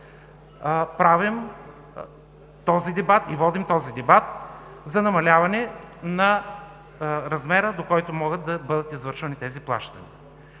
правим и водим дебат за намаляване на размера, до който могат да бъдат извършвани тези плащания,